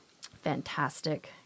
fantastic